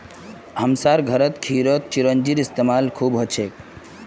हमसार घरत खीरत चिरौंजीर इस्तेमाल खूब हछेक